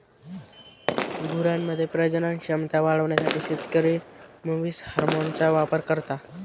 गुरांमध्ये प्रजनन क्षमता वाढवण्यासाठी शेतकरी मुवीस हार्मोनचा वापर करता